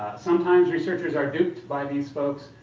sometimes researchers are duped by these folks,